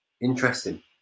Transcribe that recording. interesting